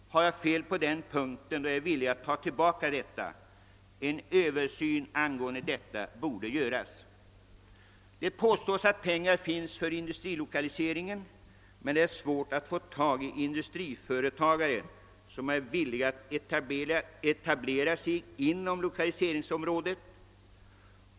Har jag fel på den punkten är jag villig att ta tillbaka detta påstående. En översyn borde emellertid göras. Det påstås att pengar finns för industrilokalisering men att det är svårt att få tag i industriföretagare som är villiga att etablera sig inom lokaliseringsområdet.